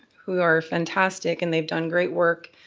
who are fantastic and they've done great work.